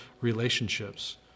relationships